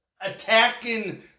attacking